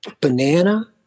Banana